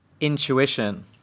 intuition